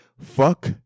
fuck